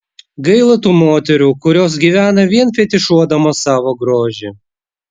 gaila tų moterų kurios gyvena vien fetišuodamos savo grožį